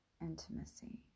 intimacy